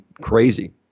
crazy